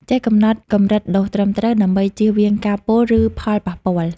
ចេះកំណត់កម្រិតដូសត្រឹមត្រូវ ដើម្បីចៀសវាងការពុល ឬផលប៉ះពាល់។